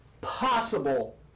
possible